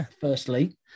Firstly